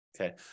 okay